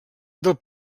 del